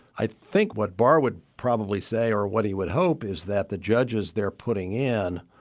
i think what bar would probably say or what he would hope is that the judges they're putting in,